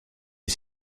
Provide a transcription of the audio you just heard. est